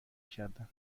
کردن